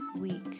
week